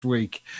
Week